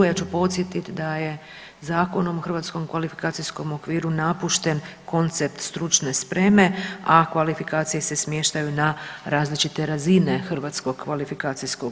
Ja ću podsjetit da je Zakonom o Hrvatskom kvalifikacijskom okviru napušten koncept stručne spreme, a kvalifikacije se smještaju na različite razine HKO-a.